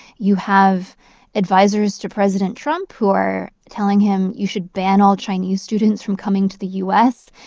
you have advisers to president trump who are telling him, you should ban all chinese students from coming to the u s.